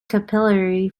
capillary